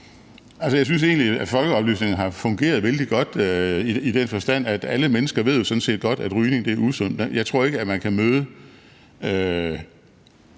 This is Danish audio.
(LA): Jeg synes egentlig, at folkeoplysningen har fungeret vældig godt i den forstand, at alle mennesker jo sådan set godt ved, at rygning er usundt. Jeg tror ikke, at man kan møde